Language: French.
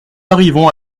arrivons